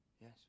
yes